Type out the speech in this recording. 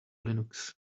linux